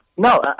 No